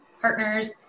partners